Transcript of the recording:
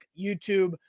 YouTube